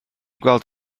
gweld